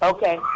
Okay